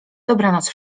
dobranoc